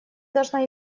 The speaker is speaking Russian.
должна